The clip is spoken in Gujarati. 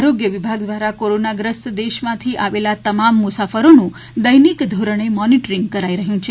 આરોગ્ય વિભાગ દ્વારા કોરોનાગ્રસ્ત દેશમાંથી આવેલા તમામ મુસાફરોનું દૈનિક ધોરણે મોનીટરિંગ કરાઈ રહ્યું છે